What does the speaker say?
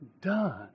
done